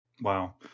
Wow